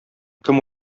кем